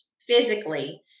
physically